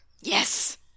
Yes